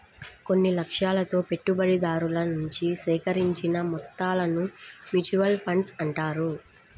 కొన్ని లక్ష్యాలతో పెట్టుబడిదారుల నుంచి సేకరించిన మొత్తాలను మ్యూచువల్ ఫండ్స్ అంటారు